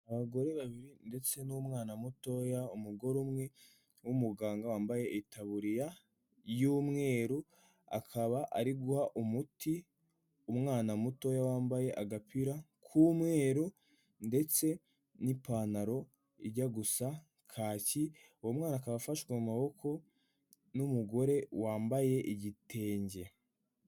Abagore babiri ndetse n'umwana mutoya ,umugore umwe w'umuganga wambaye itaburiya y'umweru, akaba ari guha umuti umwana mutoya wambaye agapira k'umweru ndetse n'ipantaro ijya gusa kaki, uwo mwana akaba afashwe mu maboko n'umugore wambaye igitenge.